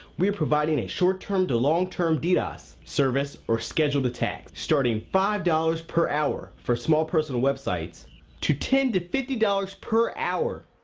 we are providing a short-term-to-long-term ddos service or scheduled attack, starting five dollars per hour for small personal websites to ten to fifty dollars per hour.